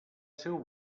seu